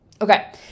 Okay